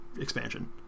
expansion